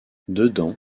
dedans